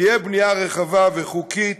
יהיו בנייה רחבה וחוקית